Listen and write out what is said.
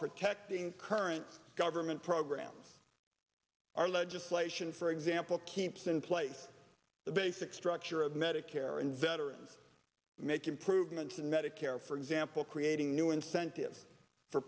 protecting current government programs our legislation for example keeps in place the basic structure of medicare and veterans make improvements in medicare for example creating new incentives for